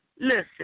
listen